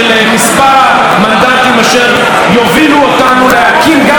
אשר יוביל אותנו להקים גם את הממשלה הבאה,